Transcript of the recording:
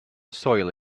soil